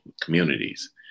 communities